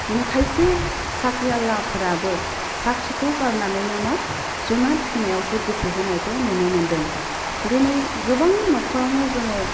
खायसे साख्रि आवलाफोराबो साख्रिखौ गारनानैनो मा जुनार फिसिनायावसो गोसो होनायावसो नुनो मोनदों दिनै गोबांनि न'खरावनो जोङो